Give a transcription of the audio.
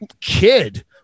kid